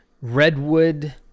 Redwood